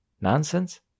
Nonsense